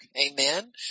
amen